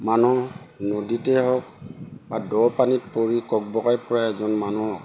মানুহ নদীতেই হওক বা দ পানীত পৰি কক বকাই ফুৰা এজন মানুহক